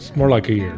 more like a